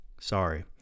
Sorry